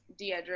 Deidre